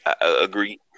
Agree